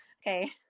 Okay